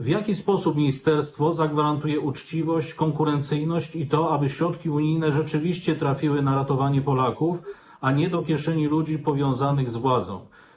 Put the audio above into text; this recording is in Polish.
W jaki sposób ministerstwo zagwarantuje uczciwość, konkurencyjność i to, aby środki unijne rzeczywiście były przeznaczane na ratowanie Polaków, a nie trafiały do kieszeni ludzi powiązanych z władzą?